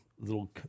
little